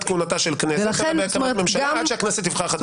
כהונתה של כנסת אלא -- -בעת הקמת ממשלה עד שהכנסת תבחר חדשים.